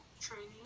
training